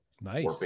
nice